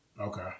Okay